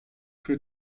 für